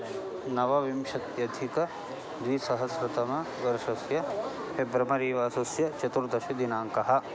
नवविंशत्यधिकद्विसहस्रतमवर्षस्य फेब्रमरिवासस्य चतुर्दशदिनाङ्कः